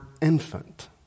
infant